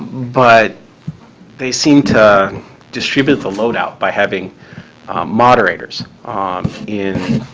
but they seemed to distribute the load out by having moderators in